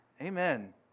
Amen